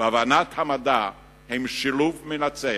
והבנת המדע הן שילוב מנצח,